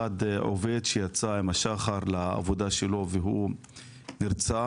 אחד עובד שיצא עם השחר לעבודה שלו והוא נרצח,